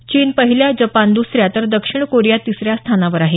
चीन पहिल्या जपान दुसऱ्या तर दक्षिण कोरिया तिसऱ्या स्थानावर आहे